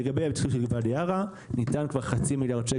לגבי --- וואדי ערה ניתנו כבר חצי מיליארד ₪